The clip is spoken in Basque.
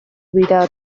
dira